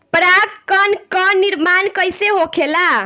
पराग कण क निर्माण कइसे होखेला?